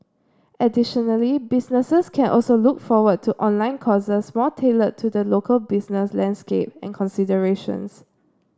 additionally businesses can also look forward to online courses more tailored to the local business landscape and considerations